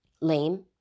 lame